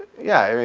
yeah, i mean,